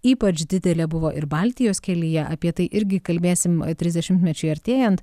ypač didelė buvo ir baltijos kelyje apie tai irgi kalbėsim trisdešimtmečiui artėjant